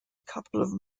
couple